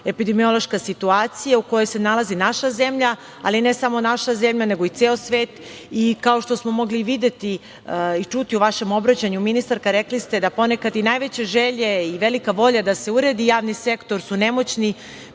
epidemiološka situacija u kojoj se nalazi naša zemlja, ali ne samo naša zemlja nego i ceo svet. Kao što smo mogli videti i čuti u vašem obraćanju, ministarka, rekli ste da ponekad i najveće želje i velika volja da se uredi javni sektor su nemoćni